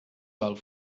val